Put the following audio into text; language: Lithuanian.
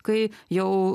kai jau